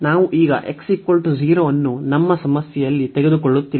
ನಾವು ಈಗ x 0 ಅನ್ನು ನಮ್ಮ ಸಮಸ್ಯೆಯಲ್ಲಿ ತೆಗೆದುಕೊಳ್ಳುತ್ತಿಲ್ಲ